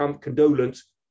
condolence